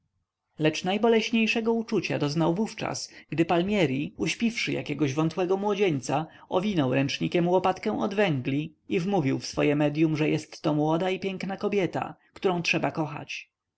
lecz najboleśniejszego uczucia doznał wówczas gdy palmieri uśpiwszy jakiegoś wątłego młodzieńca owinął ręcznikiem łopatkę od węgli i wmówił w swoje medyum że jestto młoda i piękna kobieta którą trzeba kochać